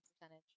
percentage